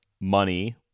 money